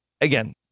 again